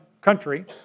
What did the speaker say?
country